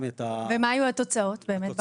ומה היו התוצאות באמת?